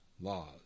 laws